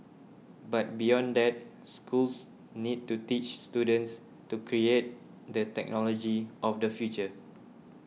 but beyond that schools need to teach students to create the technology of the future